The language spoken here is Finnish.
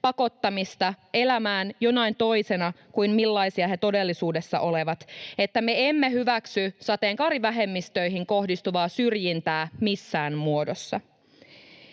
pakottamista elämään jonain toisena kuin millaisia he todellisuudessa ovat, että me emme hyväksy sateenkaarivähemmistöihin kohdistuvaa syrjintää missään muodossa.